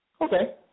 Okay